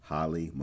Holly